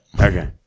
Okay